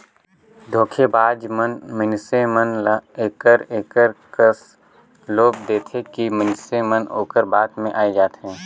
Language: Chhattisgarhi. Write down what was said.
धोखेबाज मन मइनसे मन ल एकर एकर कस लोभ देथे कि मइनसे मन ओकर बात में आए जाथें